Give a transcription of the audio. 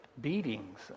beatings